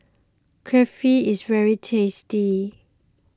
Kulfi is very tasty